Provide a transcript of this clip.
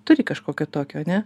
turi kažkokio tokio ane